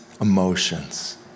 emotions